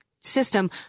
system